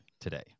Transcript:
today